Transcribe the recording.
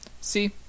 See